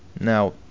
now